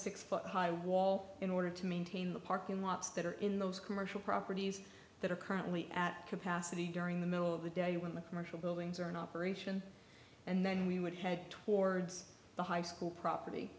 six foot high wall in order to maintain the parking lots that are in those commercial properties that are currently at capacity during the middle of the day when the commercial buildings are an operation and then we would head towards the high school property